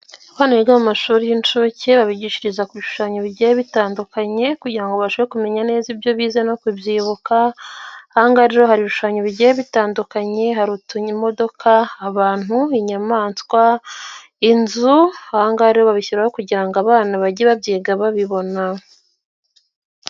Abana biga mu mashuri y'inshuke babigishiriza ku bishushanyo bigiye bitandukanye kugira ngo babashe kumenya neza ibyo bize no kubyibuka. Aha rero hari ibishushanyo bigiye bitandukanye, hari utuntu, abantu, inyamaswa, inzu babishyiraho kugira ngo abana bajye babyiga babibona.